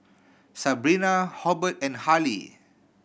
Sabrina Hobert and Harley